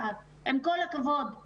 התקנות האלו לא הגיעו עד